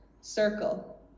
circle